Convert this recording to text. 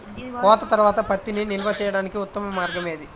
కోత తర్వాత పత్తిని నిల్వ చేయడానికి ఉత్తమ మార్గం ఏది?